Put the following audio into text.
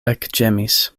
ekĝemis